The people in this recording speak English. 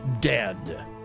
dead